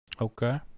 Okay